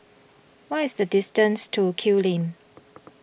what is the distance to Kew Lane